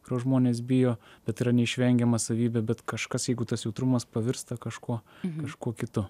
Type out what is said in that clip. kurio žmonės bijo kad yra neišvengiama savybė bet kažkas jeigu tas jautrumas pavirsta kažkuo kažkuo kitu